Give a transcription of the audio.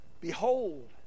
Behold